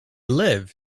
live